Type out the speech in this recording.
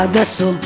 Adesso